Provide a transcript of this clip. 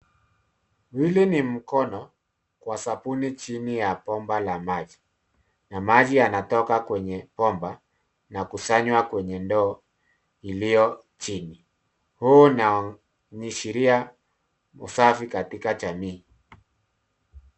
Hili ni mkono kwa sabuni chini ya bomba la maji ,na maji yanatoka kwenye bomba na kusanywa kwenye ndoo iliyo chini. Huu unaashiria usafi katika jamii.